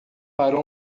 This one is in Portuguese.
para